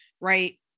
right